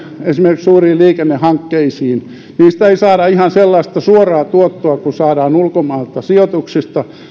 esimerkiksi suuriin liikennehankkeisiin niistä ei saada ihan sellaista suoraa tuottoa kuin saadaan sijoituksista ulkomailta